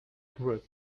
group